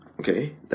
Okay